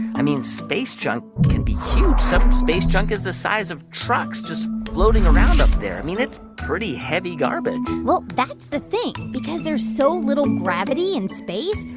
i mean, space junk can be huge. some space junk is the size of trucks just floating around up there. i mean, it's pretty heavy garbage well, that's the thing. because there's so little gravity in space,